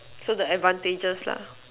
so the advantages lah